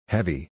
Heavy